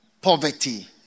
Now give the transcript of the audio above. poverty